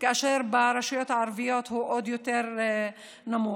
וברשויות הערביות הוא עוד יותר נמוך.